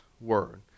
word